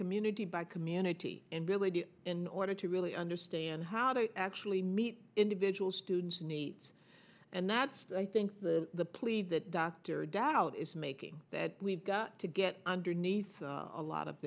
community by community and really do in order to really understand how to actually meet individual students needs and that's i think the the plea that dr doubt is making that we've got to get underneath a lot of